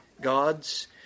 gods